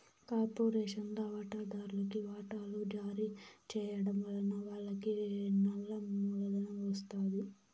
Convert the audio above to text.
కార్పొరేషన్ల వాటాదార్లుకి వాటలు జారీ చేయడం వలన వాళ్లకి నల్ల మూలధనం ఒస్తాది